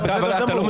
זה בסדר גמור,